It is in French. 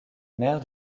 mère